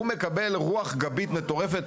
הוא מקבל רוח גבית מטורפת.